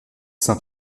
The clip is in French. saint